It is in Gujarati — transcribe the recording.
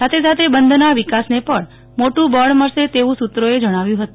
સાથે સાથે બંદરના વિકાસને પણ મોટું બળ મળશે તેવું સૂત્રોએ જણાવ્યું ફતું